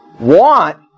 Want